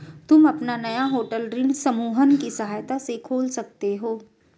तुम अपना नया होटल ऋण समूहन की सहायता से खोल सकते हो